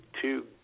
two